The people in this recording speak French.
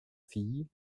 filles